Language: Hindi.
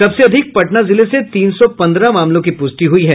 सबसे अधिक पटना जिले से तीन सौ पन्द्रह मामलों की पुष्टि हुई है